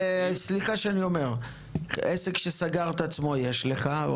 סליחה שאני אומר: יש לך עסק שסגר את עצמו,